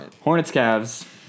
Hornets-Cavs